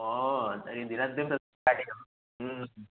ओ इ दिनद्वम् तत् कार्यम्